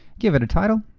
give it a title.